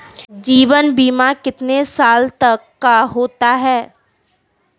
जीवन बीमा कितने साल तक का होता है?